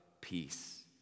Peace